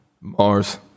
Mars